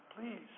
please